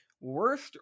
Worst